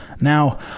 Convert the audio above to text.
Now